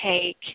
take